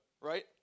right